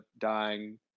dying